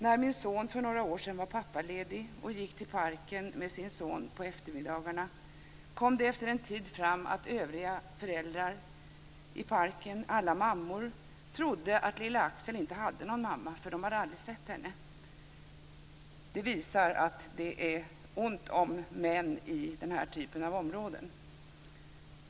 När min son för några år sedan var pappaledig och gick till parken med sin son på eftermiddagarna kom det efter en tid fram att övriga föräldrar i parken, alla mammor, trodde att lille Axel inte hade någon mamma eftersom de aldrig hade sett henne. Det visar att det är ont om män i den här typen av områden.